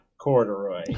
corduroy